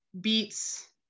beets